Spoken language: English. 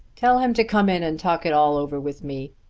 tell him to come in and talk it all over with me.